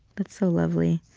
that's so lovely.